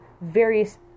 various